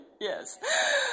Yes